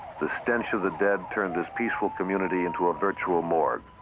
the stench of the dead turned this peaceful community into a virtual morgue.